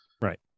right